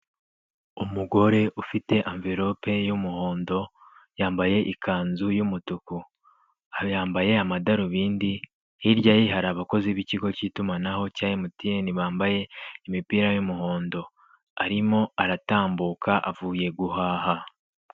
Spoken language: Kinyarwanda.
Umugore ufite anvelope y'umuhondo, yambaye ikanzu y'umutuku. Yambaye amadarubindi, hirya ye hari abakozi b'ikigo cy'itumanaho cya MTN, bambaye imipira y'umuhondo. Arimo aratambuka avuye guhaha.